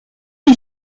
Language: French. est